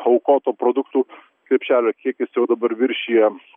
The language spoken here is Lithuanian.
aukoto produktų krepšelio kiekis jau dabar viršija